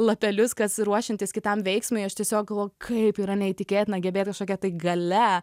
lapelius kas ruošiantis kitam veiksmui aš tiesiog galvojau kaip yra neįtikėtina gebėt kažkokia tai galia